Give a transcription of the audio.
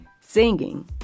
singing